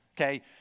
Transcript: okay